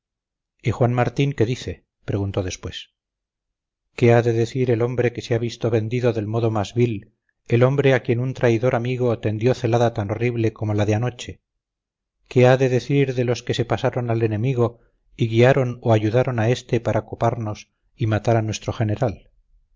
y juan martín qué dice preguntó después qué ha de decir el hombre que se ha visto vendido del modo más vil el hombre a quien un traidor amigo tendió celada tan horrible como la de anoche qué ha de decir de los que se pasaron al enemigo y guiaron o ayudaron a este para coparnos y matar a nuestro general